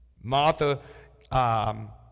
martha